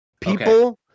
people